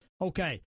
Okay